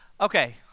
okay